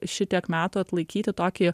šitiek metų atlaikyti tokį